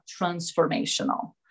transformational